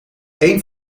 eén